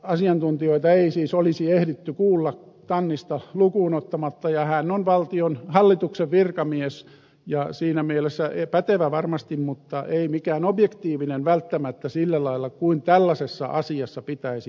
asiantuntijoita ei siis olisi ehditty kuulla tannista lukuun ottamatta ja hän on hallituksen virkamies ja siinä mielessä pätevä varmasti mutta ei mikään objektiivinen välttämättä sillä lailla kuin tällaisessa asiassa pitäisi olla